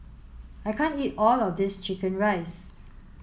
I can't eat all of this chicken rice